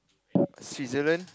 Switzerland